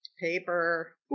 paper